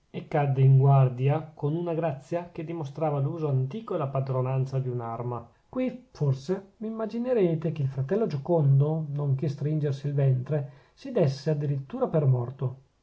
e cadde in guardia con una grazia che dimostrava l'uso antico e la padronanza dell'arma qui forse v'immaginerete che il fratello giocondo non che stringersi il ventre si dèsse a dirittura per morto